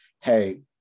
hey